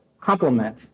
complement